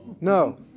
No